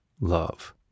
love